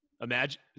imagine